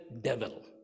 devil